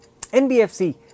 NBFC